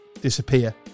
disappear